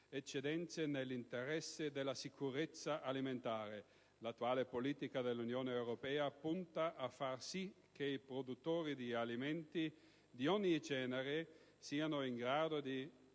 eccedenze nell'interesse della sicurezza alimentare. L'attuale politica dell'Unione europea punta a far sì che i produttori di alimenti di ogni genere siano in grado di